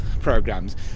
programs